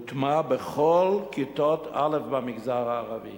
הוטמע בכל כיתות א' במגזר הערבי.